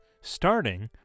starting